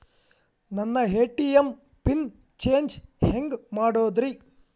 ನನ್ನ ATM pin change ಹೆಂಗ್ ಮಾಡೋದ್ರಿ?